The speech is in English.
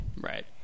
Right